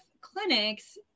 clinics